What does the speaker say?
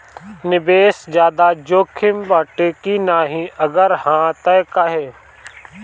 निवेस ज्यादा जोकिम बाटे कि नाहीं अगर हा तह काहे?